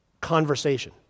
conversation